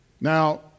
Now